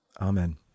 Amen